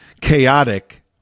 chaotic